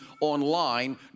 online